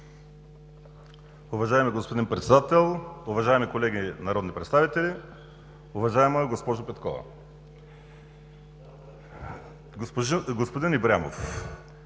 Уважаеми господин Председател, уважаеми колеги народни представители, уважаема госпожо Петкова! Господин Ибрямов,